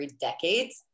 decades